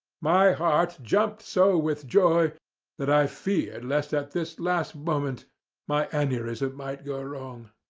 my heart jumped so with joy that i feared lest at this last moment my aneurism might go wrong.